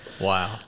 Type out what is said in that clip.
wow